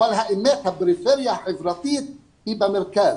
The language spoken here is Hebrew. אבל הפריפריה החברתית היא במרכז.